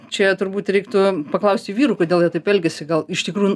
čia turbūt reiktų paklausti vyrų kodėl jie taip elgiasi gal iš tikrųjų